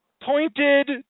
pointed